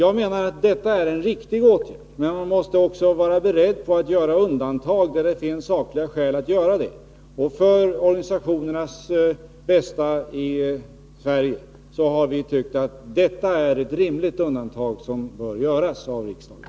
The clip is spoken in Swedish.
Vi menar att detta är en riktig åtgärd. Men man måste också vara beredd att göra undantag där det finns sakliga skäl att göra det. För organisationernas bästa har vi tyckt att detta är ett rimligt undantag som bör göras av riksdagen.